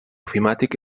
ofimàtic